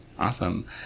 Awesome